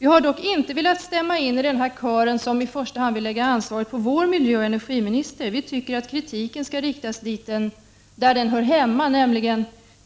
Vi har dock inte velat stämma in i den kör som i första hand vill lägga ansvaret på vår miljöoch energiministern. Vi tycker att kritiken skall riktas mot dem som bör få den, nämligen